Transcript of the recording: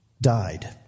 died